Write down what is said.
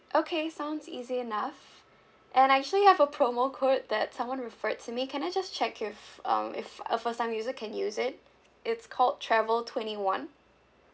okay sounds easy enough and I actually have a promo code that someone referred to me can I just check if um if a first time user can use it it's called travel twenty one